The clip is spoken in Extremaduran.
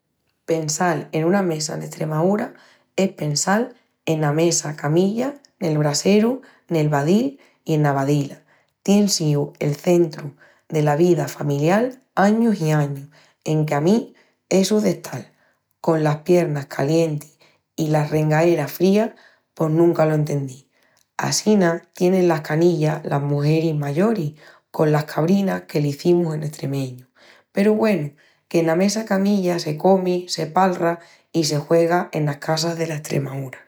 Pensal en una mesa en Estremaúra es pensal ena mesa camilla, nel braseru, nel badil i ena badila. Tien síu el centru dela vida familial añus i añus enque a mí essu d'estal conlas piernas calientis i las rengaeras frías pos nunca lo entendí. Assina tienin las canillas las mugeris mayoris colas cabrinas que l'zimus en estremeñu. Peru, güenu, que ena mesa camilla se comi, se palra i se juega enas casas dela Estremaúra.